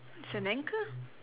it's an anchor